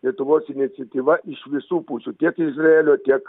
lietuvos iniciatyva iš visų pusių tiek izraelio tiek